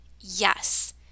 yes